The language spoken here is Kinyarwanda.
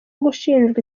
gushinjwa